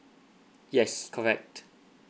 yes correct